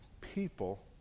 people